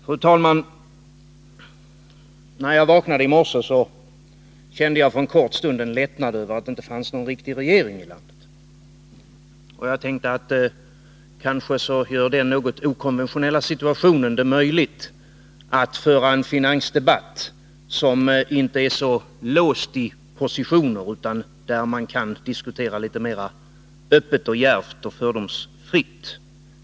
Fru talman! När jag vaknade i morse kände jag för en kort stund lättnad över att det inte finns någon riktig regering i landet. Jag tänkte att denna något okonventionella situation skulle göra det möjligt att föra en finansdebatt som inte är så låst i positioner utan där man kan diskutera mera öppet, djärvt och fördomsfritt.